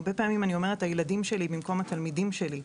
הרבה פעמים אני אומרת 'הילדים שלי' במקום 'התלמידים שלי'.